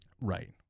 right